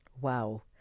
Wow